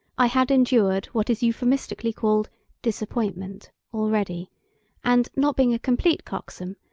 i had endured what is euphemistically called disappointment already and, not being a complete coxcomb,